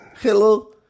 Hello